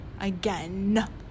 again